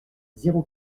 zéro